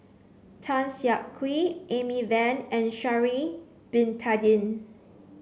Tan Siak Kew Amy Van and Sha'ari Bin Tadin